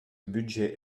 budget